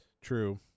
True